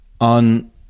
on